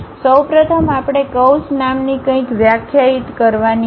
સૌ પ્રથમ આપણે કર્વ્સ નામની કંઇક વ્યાખ્યાયિત કરવાની છે